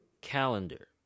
calendar